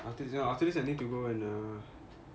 after this after this I need to go and uh